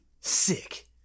Sick